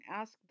ask